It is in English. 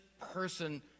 person